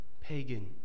pagan